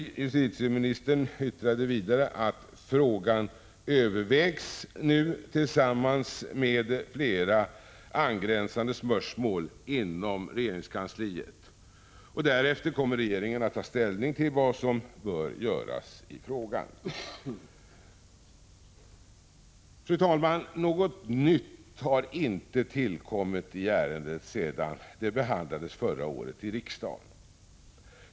Justitieministern yttrade vidare att frågan nu övervägs inom regeringskansliet tillsammans med flera angränsande spörsmål och att regeringen därefter kommer att ta ställning till vad som bör göras i ärendet. Fru talman! Något nytt har inte tillkommit i ärendet sedan det behandlades förra året i riksdagen.